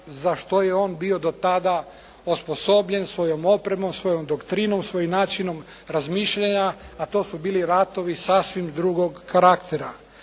za što je on bio do tada osposobljene, svojom opremom, svojom doktrinom, svojim načinom razmišljanja, a to su bili ratovi sasvim drugog karaktera.